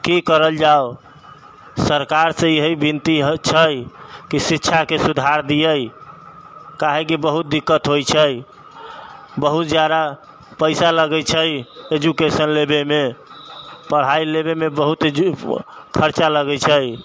की करल जाओ सरकारसँ यही विनती छै कि शिक्षाके सुधारि दियै काहेकि बहुत दिक्कत होइ छै बहुत जादा पैसा लगै छै एजुकेशन लेवेमे पढ़ाइ लेवेमे बहुत खर्चा लगै छै